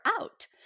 out